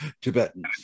Tibetans